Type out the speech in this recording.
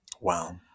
Wow